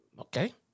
Okay